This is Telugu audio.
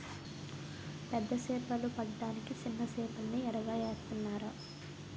పెద్ద సేపలు పడ్డానికి సిన్న సేపల్ని ఎరగా ఏత్తనాన్రా